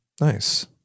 Nice